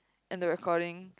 and the recording